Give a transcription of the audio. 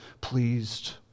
pleased